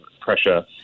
pressure